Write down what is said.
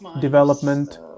development